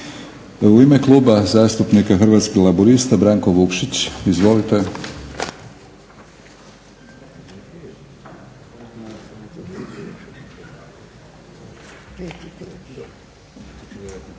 U ime Kluba zastupnika Hrvatskih laburista Branko Vukšić. Izvolite.